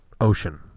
Ocean